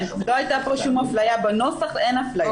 כן, לא הייתה פה שום אפליה בנוסח, אין אפליה.